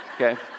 Okay